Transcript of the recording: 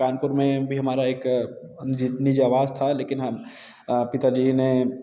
कानपुर में भी हमारा एक जीतनी जाबाज़ था लेकिन हम पिता जी ने